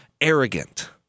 arrogant